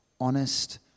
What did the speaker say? honest